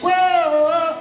well